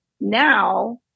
now